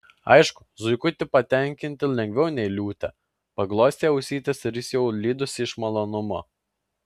aišku zuikutį patenkinti lengviau nei liūtę paglostei ausytes ir jis jau lydosi iš malonumo